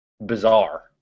bizarre